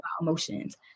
emotions